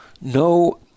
no